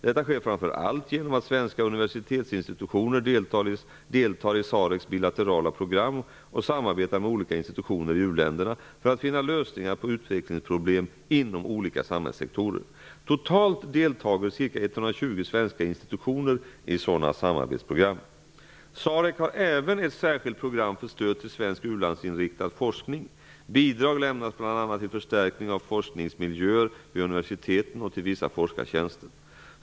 Detta sker framför allt genom att svenska universitetsinstitutioner deltar i SAREC:s bilaterala program och samarbetar med olika institutioner i u-länderna för att finna lösningar på utvecklingsproblem inom olika samhällssektorer. Totalt deltar ca 120 svenska institutioner i sådana samarbetsprogram. SAREC har även ett särskilt program för stöd till svensk u-landsinriktad forskning. Bidrag lämnas bl.a. till förstärkning av forskningsmiljöer vid universiteten och till vissa forskartjänster.